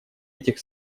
этих